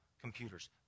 computers